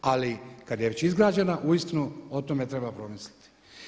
Ali kada je već izgrađena uistinu o tome treba promisliti.